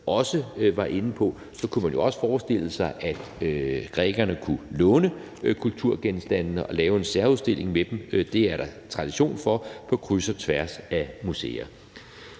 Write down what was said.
også var inde på, kunne man jo også forestille sig, at grækerne kunne låne kulturgenstande og lave en særudstilling med dem. Det er der tradition for på kryds og tværs af museer.